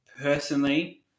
personally